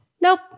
Nope